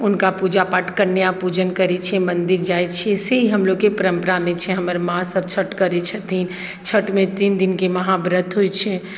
हुनका पूजापाठ कन्या पूजन करै छियै मन्दिर जाइ छियै से हमलोगके परम्परामे छै हमर माँसभ छठि करै छथिन छठिमे तीन दिनके महाव्रत होइत छै